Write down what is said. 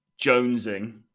jonesing